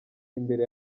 imbere